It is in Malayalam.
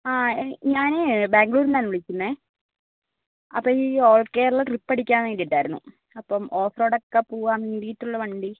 ആ ഞാൻ ബാംഗ്ലൂരിൽ നിന്നാണ് വിളിക്കുന്നത് അപ്പോൾ ഈ ഓൾ കേരള ട്രിപ്പ് അടിക്കാൻ വേണ്ടിയിട്ടായിരുന്നു അപ്പം ഓഫ്റോഡൊക്കെ പോവാൻ വേണ്ടിയിട്ടുള്ള വണ്ടി